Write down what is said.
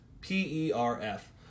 P-E-R-F